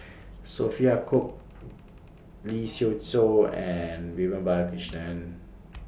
Sophia Cooke Lee Siew Choh and Vivian Balakrishnan